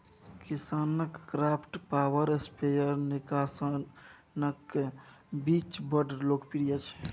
KisanKraft power sprayer किसानक बीच बड़ लोकप्रिय छै